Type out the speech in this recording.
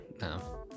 no